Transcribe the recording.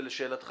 ובנוסף,